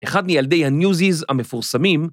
אחד מילדי הניוזיז המפורסמים.